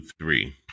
three